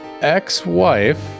ex-wife